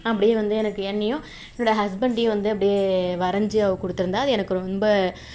அப்படியே வந்து எனக்கு என்னையும் என்னோடய ஹஸ்பண்டையும் வந்து அப்படியே வரைஞ்சி அவள் கொடுத்துருந்தா அது எனக்கு ரொம்ப